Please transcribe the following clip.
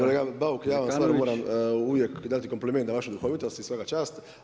Kolega Bauk, ja vama moram uvijek dati kompliment na vašu duhovitost i svaka čast.